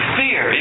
fear